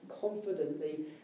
confidently